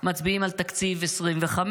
מצביעים על תקציב נוסף לשנת 2024,